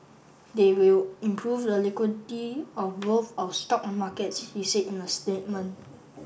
they will improve the liquidity of both our stock markets he said in a statement